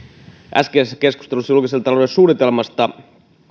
äskeisessä keskustelussa julkisen talouden suunnitelmasta